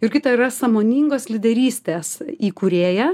jurgita yra sąmoningos lyderystės įkūrėja